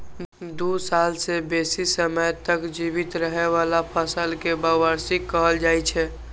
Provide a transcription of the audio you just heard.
दू साल सं बेसी समय तक जीवित रहै बला फसल कें बहुवार्षिक कहल जाइ छै